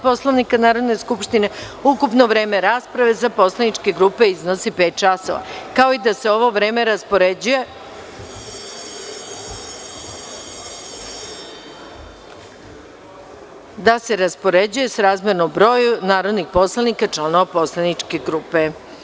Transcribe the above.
Poslovnika Narodne skupštine, ukupno vreme rasprave za poslaničke grupe iznosi pet časova, kao i da se ovo vreme raspoređuje srazmerno broju narodnih poslanika, članova poslaničke grupe.